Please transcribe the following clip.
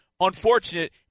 unfortunate